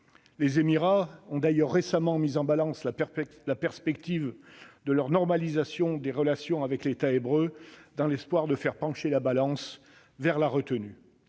Les Émirats ont d'ailleurs récemment mis en balance la perspective de leur normalisation des relations avec l'État hébreu dans l'espoir de faire pencher la balance vers la retenue.